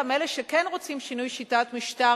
גם אלה שכן רוצים שינוי שיטת משטר,